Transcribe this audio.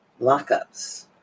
lockups